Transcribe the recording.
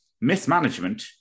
mismanagement